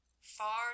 far